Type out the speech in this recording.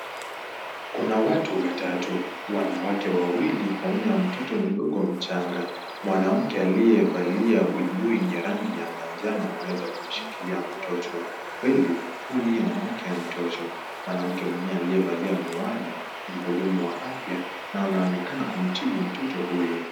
Kuna watu watatu, wanawake wawili pamoja na mtoto mdogo mchanga, mwanamke aliyevalia buibui yenye rangi ya manjano ameweza kumshikilia mtoto kweli huyu ndiye mamake mtoto, mwanamke mwingine aliyevalia miwani, mhudumu wa afya na anaonekana kumtibu mtoto huyo.